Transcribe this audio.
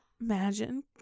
imagine